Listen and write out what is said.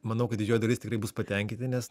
manau kad didžioji dalis tikrai bus patenkyti nes